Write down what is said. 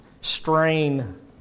strain